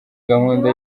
gahunda